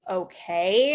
okay